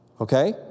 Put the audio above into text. Okay